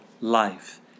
life